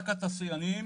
רק התעשיינים